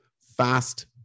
Fast